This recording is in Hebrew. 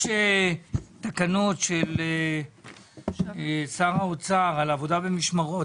יש תקנות של שר האוצר על עבודה במשמרות.